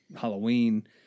Halloween